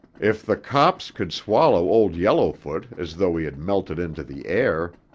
if the copse could swallow old yellowfoot as though he had melted into the air,